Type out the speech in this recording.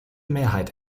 mehrheit